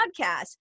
podcast